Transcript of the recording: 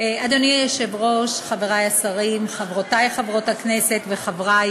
היושב-ראש, חברי השרים, חברותי חברות הכנסת וחברי